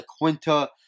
Quinta